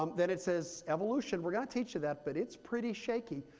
um then it says, evolution, we're going to teach you that, but it's pretty shaky.